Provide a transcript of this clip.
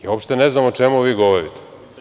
Ja uopšte ne znam o čemu vi govorite.